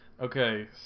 Okay